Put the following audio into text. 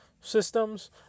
systems